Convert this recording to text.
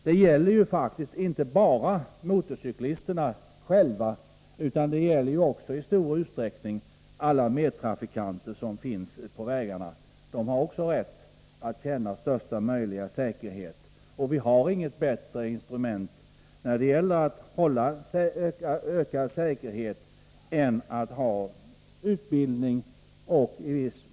Det handlar ju inte enbart om motorcyklisterna själva utan i stor utsträckning också om alla medtrafikanter på vägarna. De har också rätt att känna största möjliga säkerhet. Och vi har inget bättre instrument att öka säkerheten än utbildning.